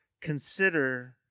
consider